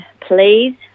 please